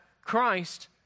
Christ